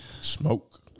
Smoke